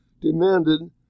demanded